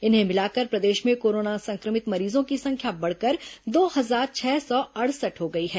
इन्हें मिलाकर प्रदेश में कोरोना संक्रमित मरीजों की संख्या बढ़कर दो हजार छह सौ अड़सठ हो गई है